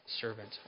servant